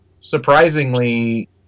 surprisingly